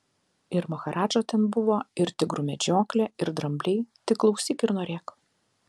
ir maharadža ten buvo ir tigrų medžioklė ir drambliai tik klausyk ir norėk